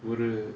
ஒரு:oru